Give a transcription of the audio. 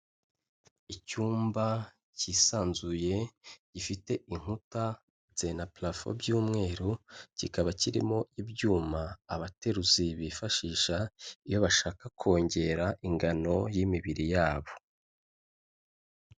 Icyumba cyisanzuye gifite inkuta na parafo by'umweru, kikaba kirimo ibyuma abateruzi bifashisha iyo bashaka kongera ingano y'imibiri yabo.